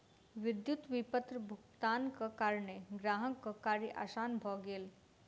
विद्युत विपत्र भुगतानक कारणेँ ग्राहकक कार्य आसान भ गेल